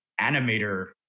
animator